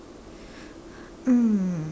um